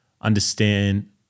understand